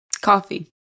Coffee